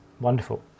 Wonderful